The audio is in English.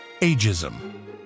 Ageism